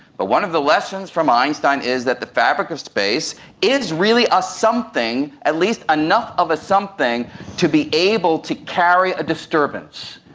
but one of the lessons from einstein is that the fabric of space is really a something, at least enough of a something to be able to carry a disturbance.